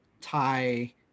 Thai